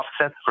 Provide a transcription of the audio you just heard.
offset